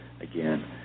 again